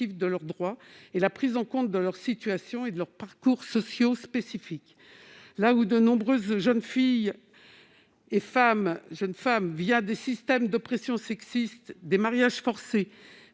de leurs droits et la prise en compte de leur situation et de leurs parcours sociaux spécifiques. De nombreuses jeunes filles et jeunes femmes, des systèmes d'oppression sexiste et des mariages forcés